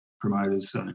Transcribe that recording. promoters